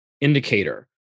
indicator